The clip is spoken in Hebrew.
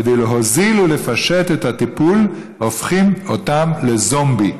כדי להוזיל ולפשט את הטיפול הופכים אותם לזומבים,